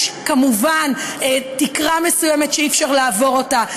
יש כמובן תקרה מסוימת שאי-אפשר לעבור אותה,